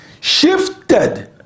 shifted